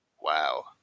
Wow